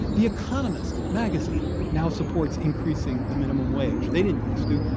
the economist magazine now supports increasing the minimum wage. they didn't used to.